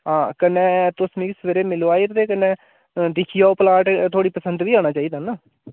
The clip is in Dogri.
हां कन्नै तुस मिगी सवेरै मिलो आएयै ते कन्नै दिक्खी आओ प्लाट थुआढ़ी पसंद बी औना चाहिदा ना